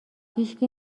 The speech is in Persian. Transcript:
هیشکی